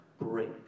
break